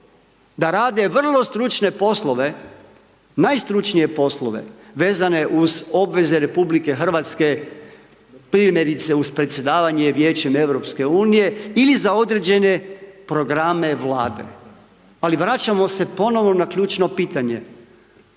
da rade vrlo stručne poslove, najstručnije poslove vezane uz obveze RH primjerice uz predsjedavanjem Vijećem EU ili za određene programe Vlade. Ali vraćamo se ponovno na ključno pitanje,